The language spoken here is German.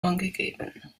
angegeben